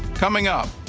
coming up.